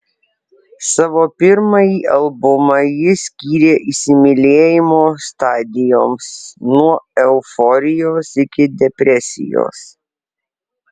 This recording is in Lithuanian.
savo pirmąjį albumą ji skyrė įsimylėjimo stadijoms nuo euforijos iki depresijos